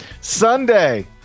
Sunday